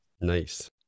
Nice